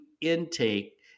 intake